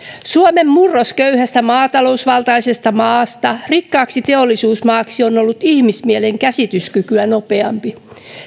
suomen murros köyhästä maatalousvaltaisesta maasta rikkaaksi teollisuusmaaksi on ollut ihmismielen käsityskykyä nopeampi